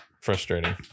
frustrating